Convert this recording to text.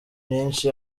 myishi